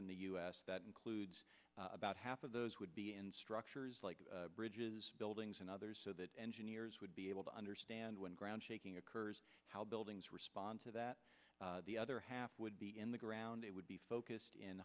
in the u s that includes about half of those would be in structures like bridges buildings and others so that engineers would be able to understand when ground shaking occurs how buildings respond to that the other half would be in the ground it would be focused in